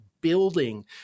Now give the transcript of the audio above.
building